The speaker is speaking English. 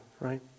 right